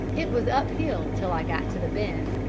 it was uphill till i got to the bend,